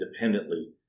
independently